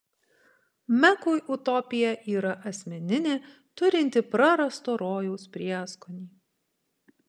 mekui utopija yra asmeninė turinti prarasto rojaus prieskonį